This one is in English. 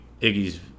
Iggy's